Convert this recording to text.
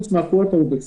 מה אתה אומר?